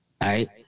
right